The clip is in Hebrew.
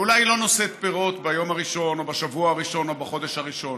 ואולי היא לא נושאת פירות ביום הראשון או בשבוע הראשון או בחודש הראשון,